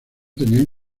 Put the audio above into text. tenían